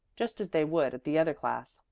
just as they would at the other class.